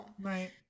right